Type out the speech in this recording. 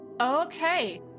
Okay